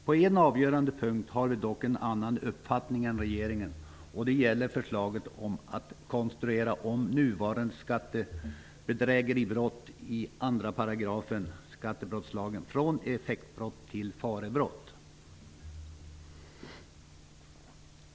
På en avgörande punkt har vi dock en annan uppfattning än regeringen, och det gäller förslaget om att konstruera om nuvarande skattebedrägeribrott i 2 § skattebrottslagen från effektbrott till farebrott.